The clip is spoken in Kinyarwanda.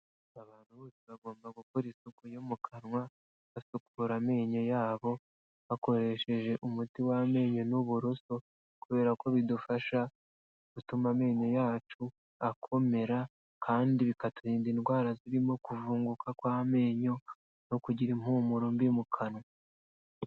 Abantu bose bagomba gukora isuku yo mu kanwa bagasukura amenyo yabo bakoresheje umuti w'amenyo n'uburoso, kubera ko bidufasha gutuma amenyo yacu akomera kandi bikaturinda indwara zirimo kuvunguka kw'amenyo no kugira impumuro mbi mu kanwa.